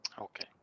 Okay